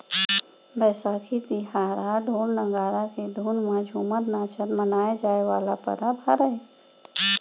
बइसाखी तिहार ह ढोर, नंगारा के धुन म झुमत नाचत मनाए जाए वाला परब हरय